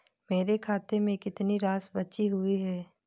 मेरे खाते में कितनी राशि बची हुई है?